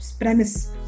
premise